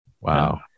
Wow